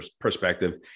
perspective